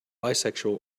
bisexual